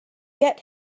get